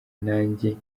nange